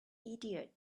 idiot